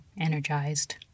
energized